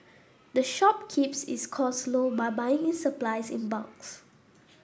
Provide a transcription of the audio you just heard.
the shop keeps its costs low by buying its supplies in bulks